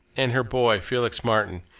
and her boy, felix martin.